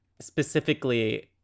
specifically